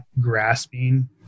grasping